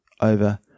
over